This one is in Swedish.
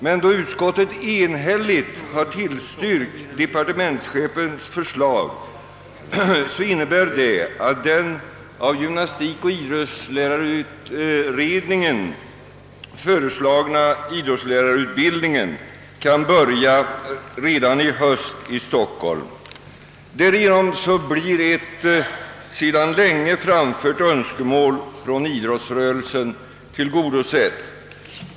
Men då utskottet enhälligt tillstyrkt departementschefens förslag innebär det att den av gymnastikoch idrottslärarutredningen föreslagna idrottslärarutbildningen kan börja redan i höst i Stockholm. Därigenom blir ett sedan länge framfört önskemål från idrottsrörelsen tillgodosett.